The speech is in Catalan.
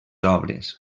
obres